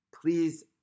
please